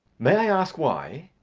may i ask why?